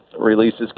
releases